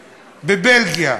בבלגיה.